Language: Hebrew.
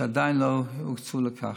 והן עדיין לא הוקצו לכך.